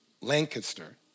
Lancaster